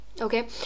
okay